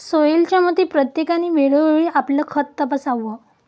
सोहेलच्या मते, प्रत्येकाने वेळोवेळी आपलं खातं तपासावं